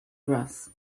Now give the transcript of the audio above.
grass